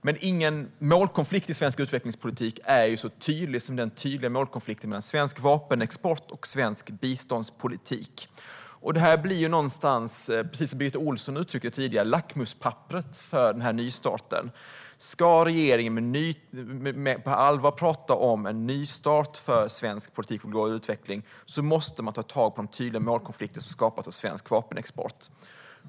Men ingen målkonflikt i svensk utvecklingspolitik är så tydlig som den mellan svensk vapenexport och svensk biståndspolitik. Precis som Birgitta Ohlsson uttryckte det tidigare blir det här på något sätt lackmuspapperet för denna nystart. Om regeringen på allvar ska tala om en nystart för svensk politik för global utveckling måste man ta tag i de tydliga målkonflikter som har skapats av svensk vapenexport.